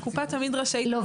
הקופה תמיד רשאית --- לא,